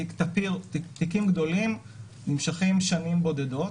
תיקים גדולים נמשכים שנים בודדות.